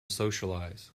socialize